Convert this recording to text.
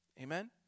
Amen